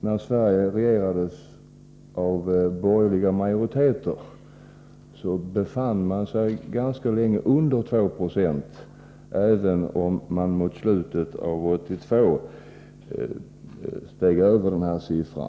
När Sverige regerades av borgerliga majoriteter, befann man sig ganska långt under 2 70, även om mani slutet av 1982 kom över denna siffra.